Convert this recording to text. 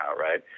right